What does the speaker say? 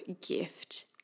gift